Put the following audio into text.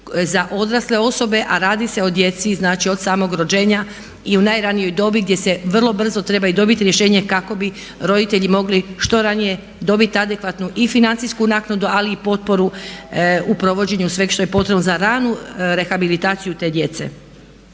za odrasle osobe, a radi se o djeci, znači od samog rođenja i u najranijoj dobi gdje se vrlo brzo treba i dobit rješenje kako bi roditelji mogli što ranije dobiti adekvatnu i financijsku naknadu, ali i potporu u provođenju sveg što je potrebno za ranu rehabilitaciju te djece.